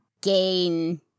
gain